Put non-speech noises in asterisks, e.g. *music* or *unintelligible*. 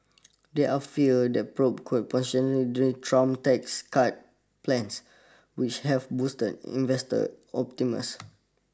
there are fears that probe could *unintelligible* Trump's tax cut plans which have boosted investor optimist